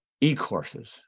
E-courses